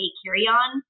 carry-on